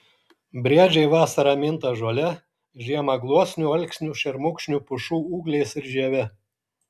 briedžiai vasarą minta žole žiemą gluosnių alksnių šermukšnių pušų ūgliais ir žieve